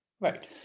right